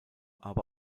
aber